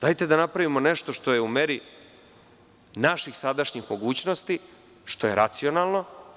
Dajte da napravimo nešto što je u meri naših sadašnjih mogućnosti, što je racionalno.